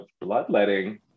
bloodletting